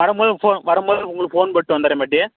வரும் போது ஃபோ வரும் போது உங்களுக்கு ஃபோன் போட்டு வந்தடுறேன் பாட்டி